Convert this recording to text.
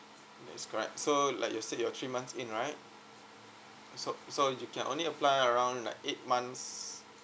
yes correct so like you said you're three months in right so you can only apply around like eight months